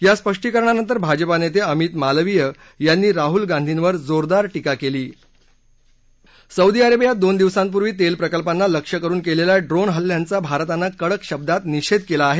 या स्पष्टीकरणानंतर भाजपा नेते अमित मालवीय यांनी राहल गांधींवर जोरदार टीका केली सौदी अरेबियात दोन दिवसांपूर्वी तेल प्रकल्पांना लक्ष्य करून केलेल्या ड्रोन हल्ल्यांचा भारतानं कडक शब्दात निषेध केला आहे